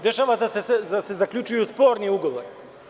Dešava se da se zaključuju sporni ugovori.